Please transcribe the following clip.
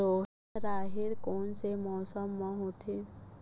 राहेर कोन से मौसम म होथे?